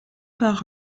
par